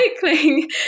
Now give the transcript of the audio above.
cycling